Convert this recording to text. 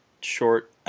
short